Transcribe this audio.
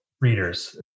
readers